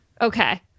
Okay